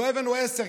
לא הבאנו עשר,